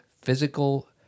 physical